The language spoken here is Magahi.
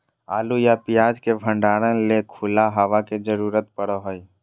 आलू या प्याज के भंडारण ले खुला हवा के जरूरत पड़य हय